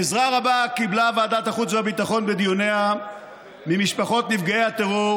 עזרה רבה קיבלה ועדת החוץ והביטחון בדיוניה ממשפחות נפגעי הטרור